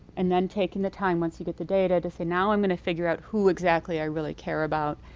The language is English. and then taking the time once you get the data to say, now, i'm going to figure out who exactly i really care about,